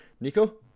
Nico